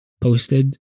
posted